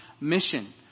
mission